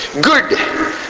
Good